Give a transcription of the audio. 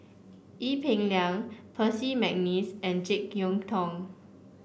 Ee Peng Liang Percy McNeice and JeK Yeun Thong